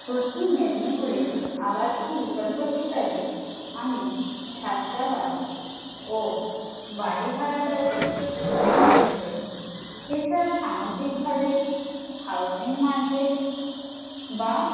পশ্চিম মেদিনীপুরে আবাসন বিকল্প হিসাবে আমি ছাত্রাবাস ও বাড়ি ভাড়াগুলোকেই মনে করি এছাড়া সামগ্রিকভাবে হাউজিং মার্কেট বা